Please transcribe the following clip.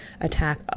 attack